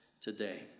today